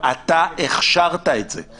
אתה הכשרת את זה,